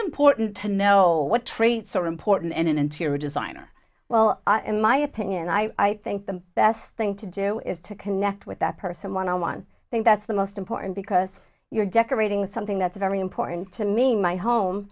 important to know what traits are important in an interior designer well in my opinion i think the best thing to do is to connect with that person one on one thing that's the most important because you're decorating something that's very important to me in my home